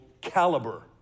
caliber